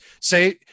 say